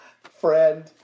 friend